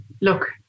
look